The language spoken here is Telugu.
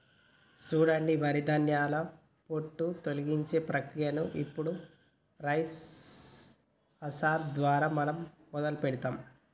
సూడండి వరి ధాన్యాల పొట్టు తొలగించే ప్రక్రియను ఇప్పుడు రైస్ హస్కర్ దారా మనం మొదలు పెడదాము